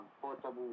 portable